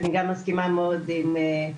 אני לא זוכרת בדיוק את המספרים,